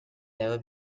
never